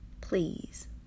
Please